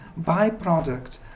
byproduct